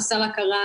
חסר הכרה,